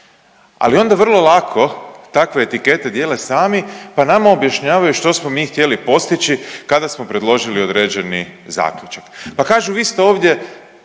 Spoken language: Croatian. ali onda vrlo lako takve etikete dijele sami pa nama objašnjavaju što smo mi htjeli postići kada smo predložili određeni zaključak. Pa kažu vi ste ovdje